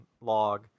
log